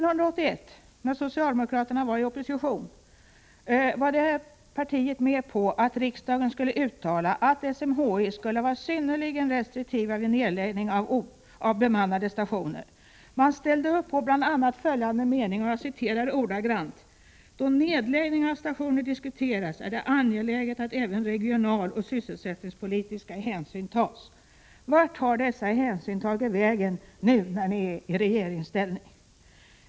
Herr talman! Det socialdemokratiska partiet var år 1981, när partiet var i opposition, med på att riksdagen skulle uttala att SMHI skulle vara synnerligen restriktivt vid nedläggningen av bemannade stationer. Partiet ställde upp på bl.a. följande mening: Då nedläggning av stationer diskuteras är det angeläget att även regionalpolitiska och sysselsättningspolitiska hänsyn tas. Vart har dessa hänsyn tagit vägen nu när ni är i regeringsställning?